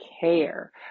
care